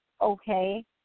okay